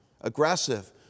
aggressive